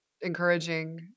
encouraging